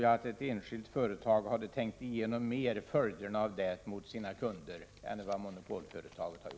Ett enskilt företag hade nog mera tänkt igenom följderna för sina kunder än vad monopolföretaget gjorde.